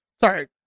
sorry